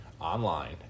online